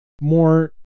more